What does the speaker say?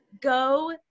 Go